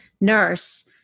nurse